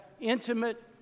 intimate